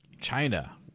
China